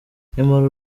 nyamara